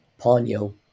Ponyo